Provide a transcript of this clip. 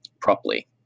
properly